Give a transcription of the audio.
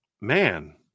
man